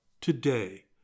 today